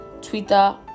Twitter